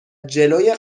جلوی